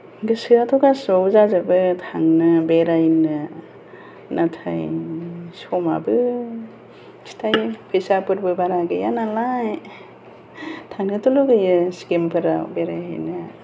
गोसोआथ' गासैयावबो जाजोबो थांनो बेरायनो नाथाय समाबो खिथायो फैसाफोरबो बारा गैया नालाय थांनोथ' लुगैयो सिक्किमफोराव बेरायहैनो